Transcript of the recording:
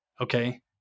Okay